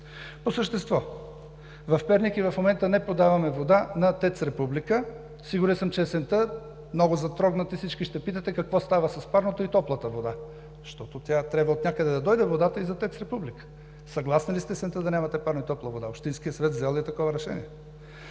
По същество. В Перник и в момента не подаваме вода на ТЕЦ „Република“. Сигурен съм, че през есента много затрогнати, всички ще питате: какво става с парното и топлата вода, защото трябва отнякъде да дойде водата и за ТЕЦ „Република“? Съгласни ли сте през есента да нямате парно и топла вода? Общинският съвет взел ли е такова решение?